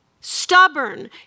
stubborn